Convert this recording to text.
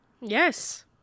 Yes